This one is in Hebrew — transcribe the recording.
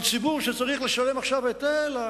על ציבור שצריך לשלם עכשיו היטל,